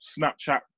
snapchat